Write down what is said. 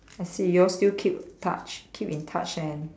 I see you all still keep touch keep in touch and